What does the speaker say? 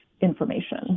information